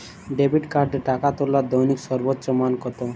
Debit কার্ডে টাকা তোলার দৈনিক সর্বোচ্চ মান কতো?